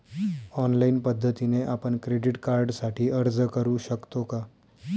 Online पद्धतीने आपण credit कार्डसाठी अर्ज करु शकतो का?